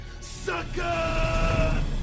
sucker